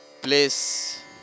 place